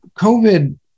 COVID